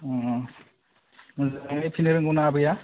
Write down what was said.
मोजाङै फिसिनो रोंगौना आबैया